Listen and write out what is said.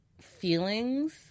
feelings